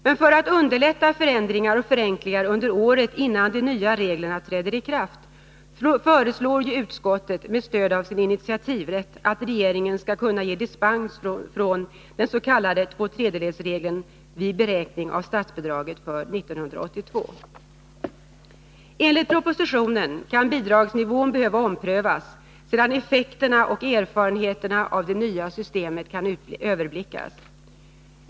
Men för att underlätta förändringar och förenklingar under året innan de nya reglerna träder i kraft föreslår utskottet, med stöd av sin initiativrätt, att regeringen skall kunna ge dispens från den s.k. tvåtredjedelsregeln vid beräkning av statsbidraget för 1982. Enligt propositionen kan bidragsnivån behöva omprövas då effekterna och erfarenheterna av det nya systemet kan överblickas.